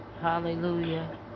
Hallelujah